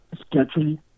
sketchy